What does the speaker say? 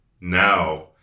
now